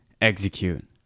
execute